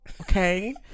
Okay